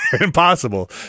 Impossible